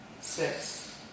six